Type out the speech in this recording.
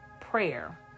prayer